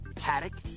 haddock